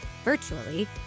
virtually